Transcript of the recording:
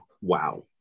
wow